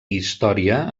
història